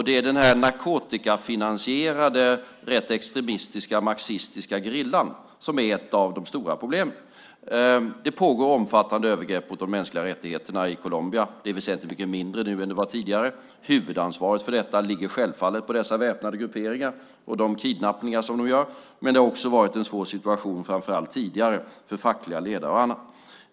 Det är den här narkotikafinansierade, rätt extremistiska, marxistiska gerillan som är ett av de stora problemen. Det pågår omfattande övergrepp mot de mänskliga rättigheterna i Colombia. Det är väsentligt mycket mindre nu än det var tidigare. Huvudansvaret för detta ligger självfallet på dessa väpnade grupperingar som kidnappar människor. Men det har också, framför allt tidigare, varit en svår situation för fackliga ledare och andra.